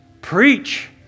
preach